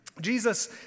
Jesus